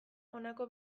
honako